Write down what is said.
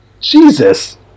Jesus